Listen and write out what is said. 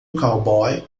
cowboy